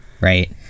Right